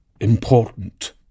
important